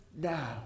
now